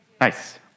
Nice